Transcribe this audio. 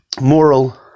moral